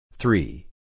Three